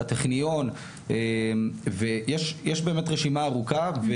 הטכניון, ויש באמת רשימה ארוכה.